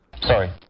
Sorry